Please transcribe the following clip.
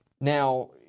Now